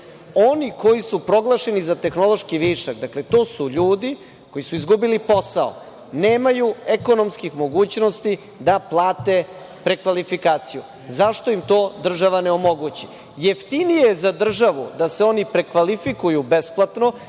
Oni koji su proglašeni za tehnološki višak, dakle, to su ljudi koji su izgubili posao, nemaju ekonomskih mogućnosti da plate prekvalifikaciju. Zašto im to država ne omogući? Jeftinije je za državu da se oni prekvalifikuju besplatno